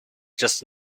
just